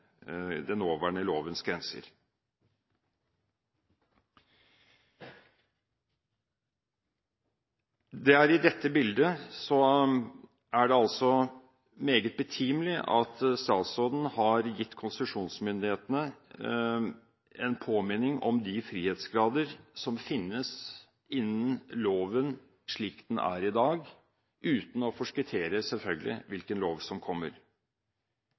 den nåværende lovens grenser. I dette bildet er det meget betimelig at statsråden har gitt konsesjonsmyndighetene en påminning om de frihetsgrader som finnes innen loven slik den er i dag, uten å forskuttere – selvfølgelig – hvilken lov som kommer.